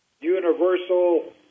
universal